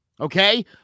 Okay